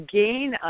gain